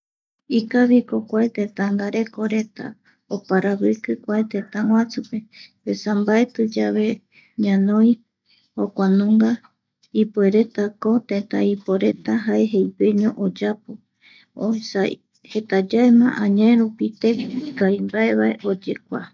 Ikaviko kua tetangarekoreta oparaviki kua teta guasupeva esa mbaetiyave ñanoi jokua nunga ipueretako teta iporeta jae jeigueño oyapo esa jetayaema añae rupi teko ikavimbaevae oyekua